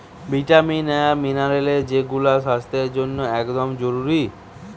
vitamin আর mineral যৌগুলা স্বাস্থ্যের জন্যে একদম জরুরি